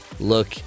Look